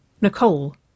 Nicole